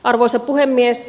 arvoisa puhemies